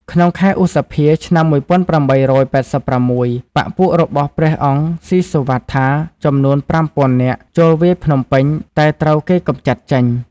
ក្នុងខែឧសភា ឆ្នាំ ១៨៨៦ បក្សពួករបស់ព្រះអង្គស៊ីវត្ថាចំនួន ៥០០០ នាក់ចូលវាយភ្នំពេញ តែត្រូវគេកម្ចាត់ចេញ។